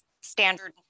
standard